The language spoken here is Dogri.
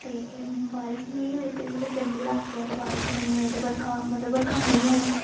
ते बारिश नेईं होए ते मतलब कंढी लाकै ते बारिश नेईं होए ते बरखा मतलब बरखा नेईं होए